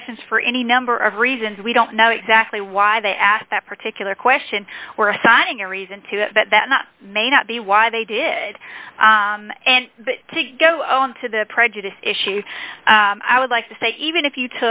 questions for any number of reasons we don't know exactly why they asked that particular question or assigning a reason to that that that not may not be why they did and to go on to the prejudice issue i would like to say even if you